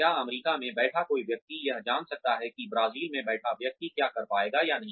क्या अमेरिका में बैठा कोई व्यक्ति यह जान सकता है कि ब्राजील में बैठा व्यक्ति क्या कर पाएगा या नहीं